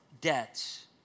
debts